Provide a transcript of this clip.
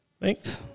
Thanks